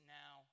now